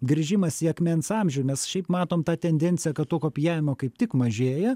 grįžimas į akmens amžių nes šiaip matom tą tendenciją kad to kopijavimo kaip tik mažėja